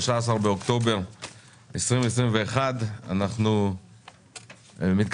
ה-13 באוקטובר 2021. אנחנו ממשיכים בדיוני חוק התקציב וחוק ההסדרים.